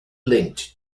linked